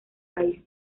país